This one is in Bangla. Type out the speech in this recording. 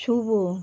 শুভ